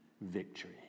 victory